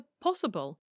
possible